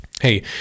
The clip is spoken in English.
Hey